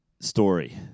story